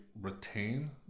retain